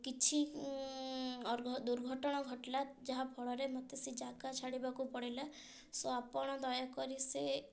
କିଛି ଦୁର୍ଘଟଣା ଘଟିଲା ଯାହାଫଳରେ ମୋତେ ସେ ଜାଗା ଛାଡ଼ିବାକୁ ପଡ଼ିଲା ସୋ ଆପଣ ଦୟାକରି ସେ